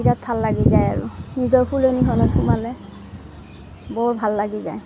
বিৰাট ভাল লাগি যায় আৰু নিজৰ ফুলনিখনত সোমালে বৰ ভাল লাগি যায়